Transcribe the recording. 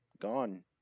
gone